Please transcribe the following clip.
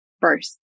first